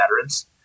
veterans